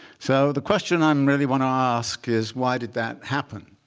so the question i um really want to ask is, why did that happen?